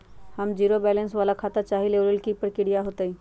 हम zero balance वाला खाता चाहइले वो लेल की की प्रक्रिया होतई?